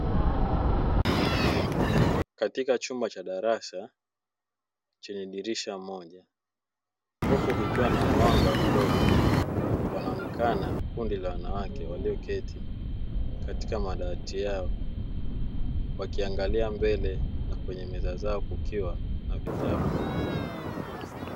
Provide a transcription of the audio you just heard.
Katika chumba cha darasa chenye dirisha moja huku kukiwa na mwanga mdogo, wanaonekana kundi la wanawake walioketi katika madawati yao wakiangalia mbele na kwenye meza zao kukiwa na vitabu.